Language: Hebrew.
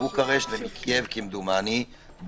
מבוקרשט ומקייב בוטלו.